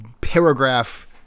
paragraph